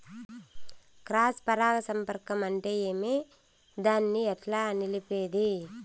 Cross పరాగ సంపర్కం అంటే ఏమి? దాన్ని ఎట్లా నిలిపేది?